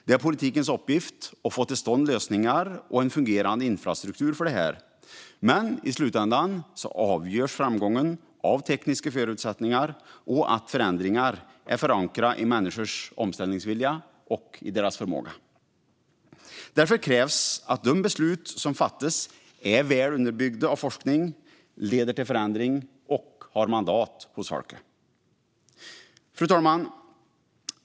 Det är politikens uppgift att få till stånd lösningar och en fungerande infrastruktur för detta, men i slutänden avgörs framgången av tekniska förutsättningar och av att förändringar är förankrade i människors omställningsvilja och i deras förmåga. Därför krävs att de beslut som fattas är väl underbyggda av forskning, leder till förändring och har mandat hos folket. Fru talman!